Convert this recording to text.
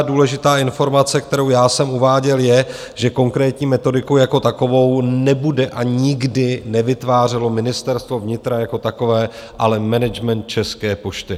Důležitá informace, kterou já jsem uváděl, je, že konkrétní metodiku jako takovou nebude a nikdy nevytvářelo Ministerstvo vnitra jako takové, ale management České pošty.